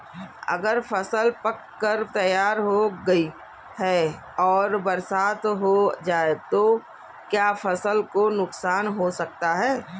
अगर फसल पक कर तैयार हो गई है और बरसात हो जाए तो क्या फसल को नुकसान हो सकता है?